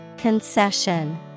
Concession